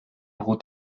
ruht